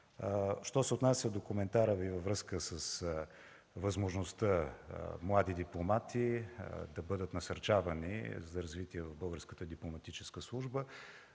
Що се отнася до коментара Ви във връзка с възможността млади дипломати да бъдат насърчавани за развитие в Българската дипломатическа служба,